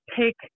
take